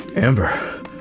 Amber